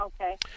Okay